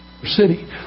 city